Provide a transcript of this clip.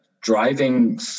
driving